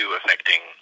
affecting